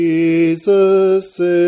Jesus